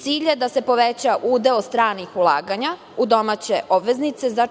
Cilj je da se poveća udeo stranih ulaganja u domaće obveznice za